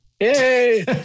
Yay